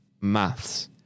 maths